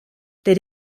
der